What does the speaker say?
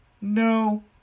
No